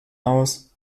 aus